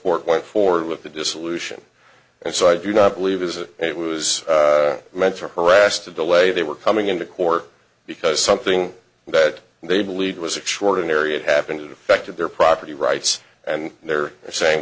court went forward with the dissolution and so i do not believe as if it was meant to harass to delay they were coming into court because something that they believed was extraordinary it happened it affected their property rights and they're saying